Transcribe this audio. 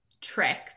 trick